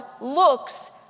looks